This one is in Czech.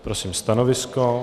Prosím stanovisko?